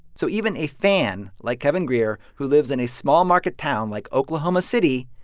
so even a fan like kevin grier, who lives in a small-market town like oklahoma city,